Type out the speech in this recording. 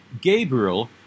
Gabriel